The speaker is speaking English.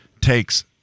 takes